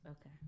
Okay